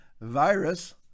virus